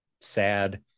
sad